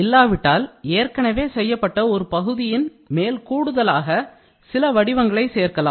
இல்லாவிட்டால் ஏற்கனவே செய்யப்பட்ட ஒரு பகுதியின் மேல் கூடுதலாக சில வடிவங்களை சேர்க்கலாம்